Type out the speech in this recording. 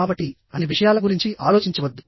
కాబట్టి అన్ని విషయాల గురించి ఆలోచించవద్దు